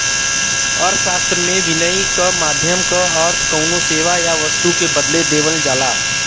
अर्थशास्त्र में, विनिमय क माध्यम क अर्थ कउनो सेवा या वस्तु के बदले देवल जाला